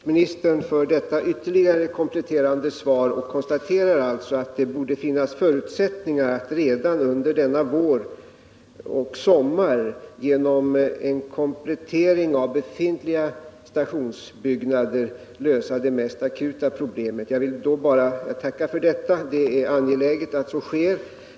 Herr talman! Jag ber att få tacka kommunikationsministern för detta ytterligare kompletterande svar. Jag konstaterar alltså att det borde finnas förutsättningar för att redan under denna vår och sommar genom en komplettering av befintliga stationsbyggnader lösa det mest akuta problemet. Jag vill tacka för detta. Det är angeläget att så sker.